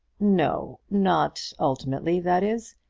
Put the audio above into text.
no not ultimately, that is.